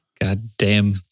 Goddamn